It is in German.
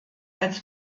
als